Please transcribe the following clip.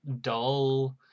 dull